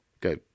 go